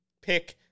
pick